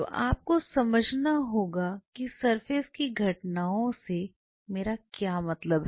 तो आपको समझना होगा कि सरफेस की घटनाओं से मेरा क्या मतलब है